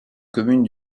communes